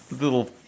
little